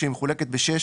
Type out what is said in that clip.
מחולקת ב־6,